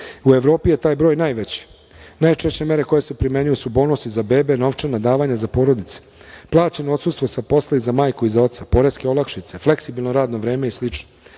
U Evropi je taj broj najveći. Najčešće mere koje se primenjuju su bonusi za bebe, novčana davanja za porodice, plaćeno odsustvo sa posla za majku i za oca, poreske olakšice, fleksibilno radno vreme i